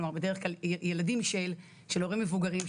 בדרך כלל ילדים של הורים מבוגרים,